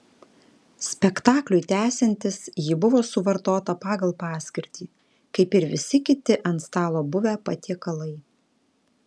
spektakliui tęsiantis ji buvo suvartota pagal paskirtį kaip ir visi kiti ant stalo buvę patiekalai